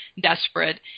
desperate